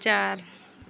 चार